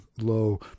low